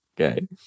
okay